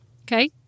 Okay